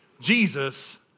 Jesus